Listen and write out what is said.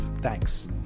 Thanks